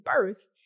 birth